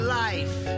life